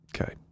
Okay